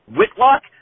Whitlock